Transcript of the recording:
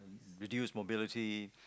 reduce mobility